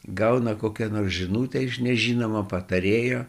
gauna kokią nors žinutę iš nežinomo patarėjo